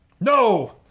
No